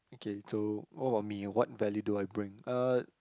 okay so what about me what value do I bring uh